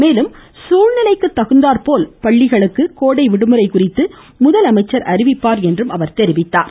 மேலும் சூழ்நிலைக்கு தகுந்தாற்போல் பள்ளிகளுக்கு கோடை விடுமுறை குறித்து முதலமைச்சர் அறிவிப்பார் எனவும் கூறினார்